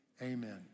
Amen